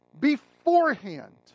beforehand